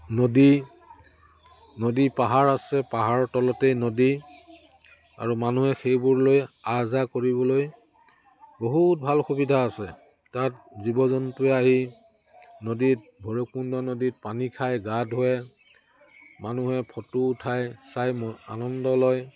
নদী নদী পাহাৰ আছে পাহাৰৰ তলতেই নদী আৰু মানুহে সেইবোৰ লৈ আহ যাহ কৰিবলৈ বহুত ভাল সুবিধা আছে তাত জীৱ জন্তুৱে আহি নদীত ভৈৰৱকুণ্ড নদীত পানী খাই গা ধুৱে মানুহে ফটো উঠাই চাই আনন্দ লয়